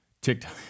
TikTok